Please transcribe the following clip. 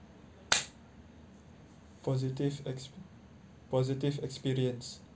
positive exp~ positive experience